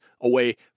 away